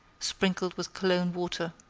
sprinkled with cologne water.